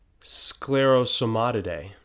Sclerosomatidae